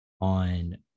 On